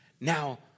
Now